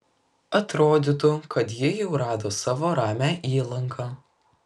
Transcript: atrodytų kad ji jau rado savo ramią įlanką